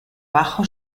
bajo